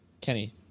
kenny